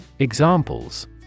Examples